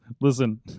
Listen